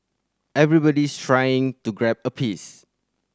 everybody's trying to grab a piece